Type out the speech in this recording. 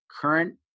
current